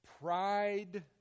pride